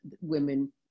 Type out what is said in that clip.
women